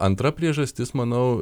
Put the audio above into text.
antra priežastis manau